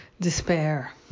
despair